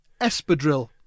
Espadrille